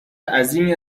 عظیمی